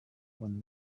when